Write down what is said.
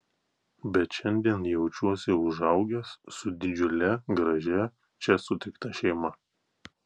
bet šiandien jaučiuosi užaugęs su didžiule gražia čia sutikta šeima